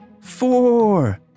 Four